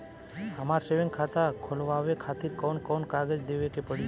हमार सेविंग खाता खोलवावे खातिर कौन कौन कागज देवे के पड़ी?